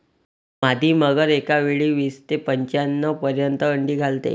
मादी मगर एकावेळी वीस ते पंच्याण्णव पर्यंत अंडी घालते